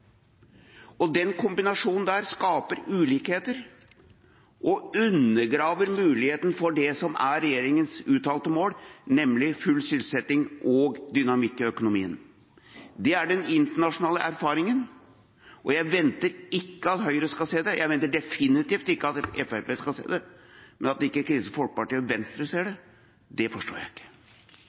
kombinasjonen skaper ulikheter og undergraver muligheten for det som er regjeringas uttalte mål, nemlig full sysselsetting og dynamikk i økonomien. Det er den internasjonale erfaringen. Jeg venter ikke at Høyre skal se det, jeg venter definitivt ikke at Fremskrittspartiet skal se det, men at ikke Kristelig Folkeparti og Venstre ser det, forstår jeg ikke.